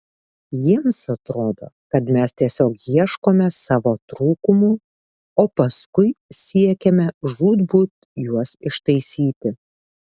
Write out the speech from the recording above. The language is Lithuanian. jiems atrodo kad mes tiesiog ieškome savo trūkumų o paskui siekiame žūtbūt juos ištaisyti